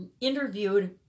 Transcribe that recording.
interviewed